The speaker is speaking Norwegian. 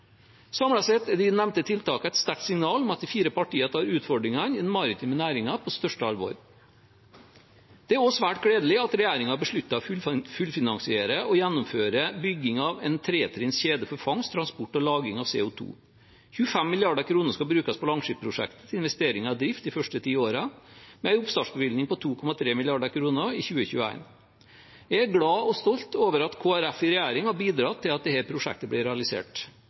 sett er de nevnte tiltakene et sterkt signal om at de fire partiene tar utfordringene i den maritime næringen på største alvor. Det er også svært gledelig at regjeringen har besluttet å fullfinansiere og gjennomføre bygging av en tretrinns kjede for fangst, transport og lagring av CO 2 . 25 mrd. kr skal brukes på Langskip-prosjektet til investering og drift de første ti årene, med en oppstartsbevilgning på 2,3 mrd. kr i 2021. Jeg er glad og stolt over at Kristelig Folkeparti i regjering har bidratt til at dette prosjektet blir realisert.